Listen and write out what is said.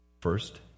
First